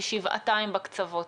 היא שבעתיים בקצוות.